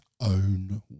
own